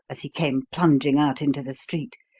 as he came plunging out into the street.